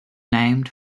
named